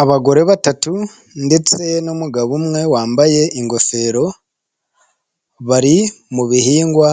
Abagore batatu ndetse n'umugabo umwe wambaye ingofero bari mu bihingwa